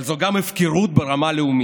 אבל זו גם הפקרות ברמה הלאומית.